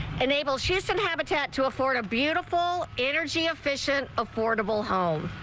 unable she some habitat to a florida beautiful energy efficient affordable home.